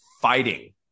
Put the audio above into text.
fighting